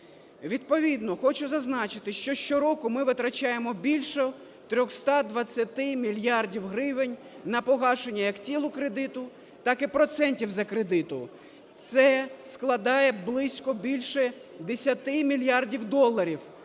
Відповідно хочу зазначити, що щороку ми витрачаємо більше 320 мільярдів гривень на погашення як тілу кредиту, так і процентів за кредит. Це складає близько більше 10 мільярдів доларів,